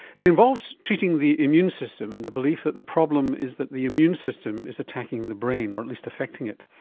it involves treating the immune system in the belief that the problem is that the immune system is attacking the brain, or at least affecting it.